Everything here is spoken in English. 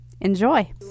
Enjoy